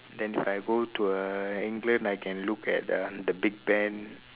then I go to uh england I can look at the the big ben